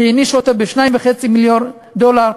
והעניש אותו ב-2.5 מיליון דולר.